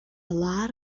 lot